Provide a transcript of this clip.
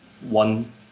one